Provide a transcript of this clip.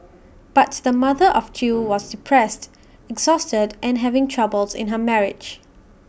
but the mother of two was depressed exhausted and having troubles in her marriage